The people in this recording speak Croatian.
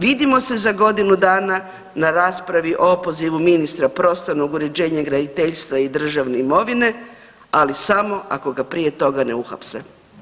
Vidimo se za godinu dana na raspravi o opozivu ministra prostornog uređenja, graditeljstva i državne imovine, ali samo ako ga prije toga ne uhapse.